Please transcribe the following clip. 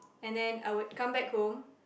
and then I would come back home